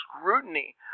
scrutiny